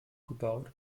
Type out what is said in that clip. gebaut